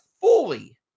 fully-